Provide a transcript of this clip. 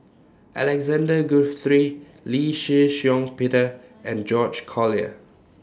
Alexander Guthrie Lee Shih Shiong Peter and George Collyer